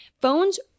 Phones